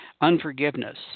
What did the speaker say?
unforgiveness